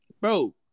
Bro